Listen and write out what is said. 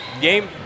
Game